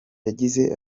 yagize